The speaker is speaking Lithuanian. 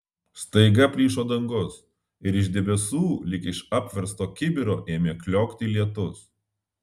staiga plyšo dangus ir iš debesų lyg iš apversto kibiro ėmė kliokti lietus